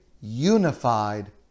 unified